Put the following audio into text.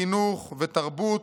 חינוך ותרבות,